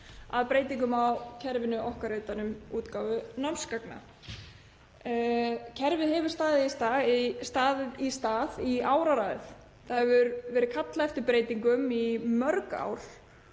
að breytingum á kerfinu okkar utan um útgáfu námsgagna. Kerfið hefur staðið í stað í áraraðir og það hefur verið kallað eftir breytingum í mörg ár